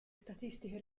statistiche